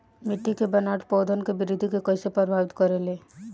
मिट्टी के बनावट पौधन के वृद्धि के कइसे प्रभावित करे ले?